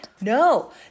No